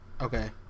Okay